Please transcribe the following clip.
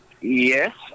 Yes